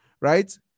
right